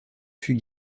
fut